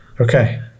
okay